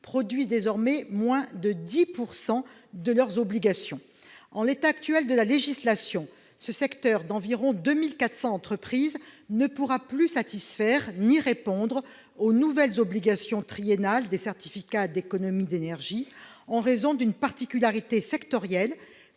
produisent désormais moins de 10 % de leurs obligations. En l'état actuel de la législation, ce secteur d'environ 2 400 entreprises ne pourra plus satisfaire ni répondre aux nouvelles obligations triennales des CEE en raison d'une particularité sectorielle,